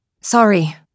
Sorry